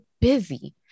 busy